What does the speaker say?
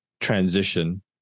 transition